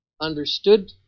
understood